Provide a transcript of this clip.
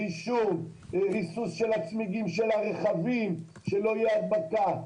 רישום, איסוף של צמיגי הרכבים, שלא תהיה הדבקה.